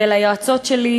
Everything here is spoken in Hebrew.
וליועצות שלי,